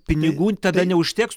pinigų tada neužteks